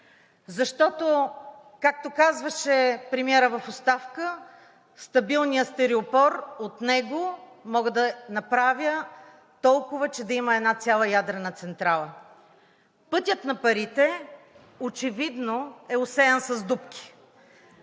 Защото, както казваше премиерът в оставка: „Стабилният стиропор. От него мога да направя толкова, че да има една цяла ядрена централа!“ Пътят на парите очевидно е осеян с дупки,